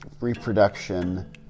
reproduction